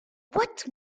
what